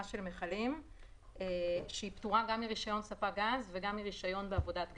של מכלים שפטורה גם מרישיון ספק גז וגם מרישיון בעבודת גז.